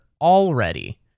already